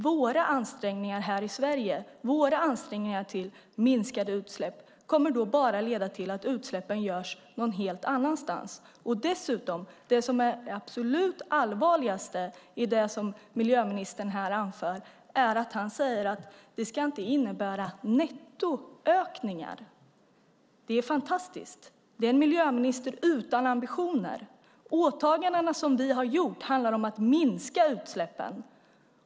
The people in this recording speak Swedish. Våra ansträngningar här i Sverige för minskade utsläpp kommer bara att leda till att utsläppen görs någon annanstans. Dessutom - det som är det absolut allvarligaste i det som miljöministern här anför - säger miljöministern att det inte ska innebära nettoökningar. Det är fantastiskt! Det är en miljöminister utan ambitioner. De åtaganden som vi har gjort handlar om att minska utsläppen.